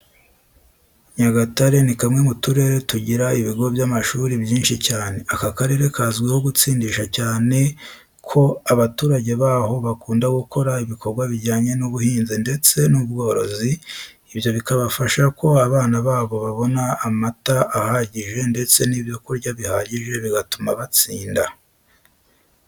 Nyagatare ni kamwe mu turere tugira ibigo by'amashuri byinshi cyane. Aka karere kazwiho gutsindisha cyane ko abaturage baho bakunda gukora ibikorwa bijyanye n'ubuhinzi ndetse n'ubworozi, ibyo bikabafasha ko abana babo babona amata ahagije ndetse n'ibyo kurya bihagije bigatuma batsinda.